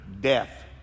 death